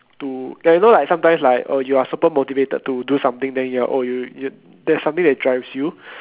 to ya you know like sometimes like oh you are super motivated to do something then you are oh you you that something that drives you